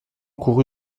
courut